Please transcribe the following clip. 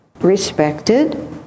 respected